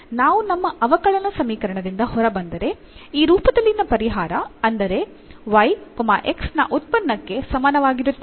ನಾವು ನಮ್ಮ ಅವಕಲನ ಸಮೀಕರಣದಿಂದ ಹೊರಬಂದರೆ ಈ ರೂಪದಲ್ಲಿನ ಪರಿಹಾರ ಅಂದರೆ y x ನ ಉತ್ಪನ್ನಕ್ಕೆ ಸಮಾನವಾಗಿರುತ್ತದೆ